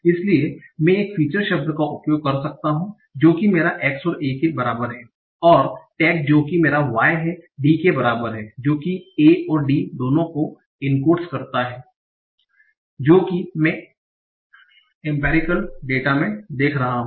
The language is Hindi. इसलिए मैं एक फीचर शब्द का उपयोग कर सकता हूं जो कि मेरा x a के बराबर है और टैग जो कि मेरा y है D के बराबर है जो कि a और D दोनों को एन्कोडस करता है जो कि मैं इस इंपेरिकल डेटा में देख रहा हूं